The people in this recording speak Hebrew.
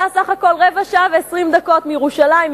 בסך הכול רבע שעה ו-20 דקות נסיעה מירושלים,